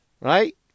Right